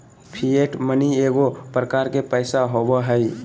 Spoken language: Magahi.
फिएट मनी एगो प्रकार के पैसा होबो हइ